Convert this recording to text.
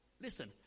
Listen